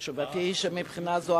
תשובתי היא: מבחינה זו,